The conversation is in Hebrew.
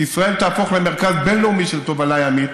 כי ישראל תהפוך למרכז בין-לאומי של תובלה ימית,